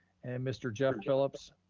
and mr. jeff phillips,